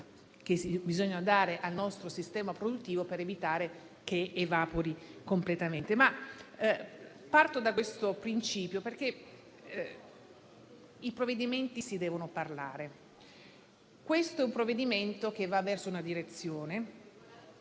aiuti da dare al nostro sistema produttivo, per evitare che evapori completamente. Parto da questo principio, perché i provvedimenti si devono parlare tra di loro. Questo è un provvedimento che va verso una direzione,